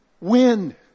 win